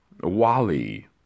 Wally